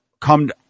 come